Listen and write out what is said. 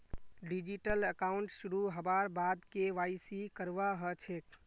digital account शुरू हबार बाद के.वाई.सी करवा ह छेक